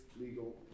legal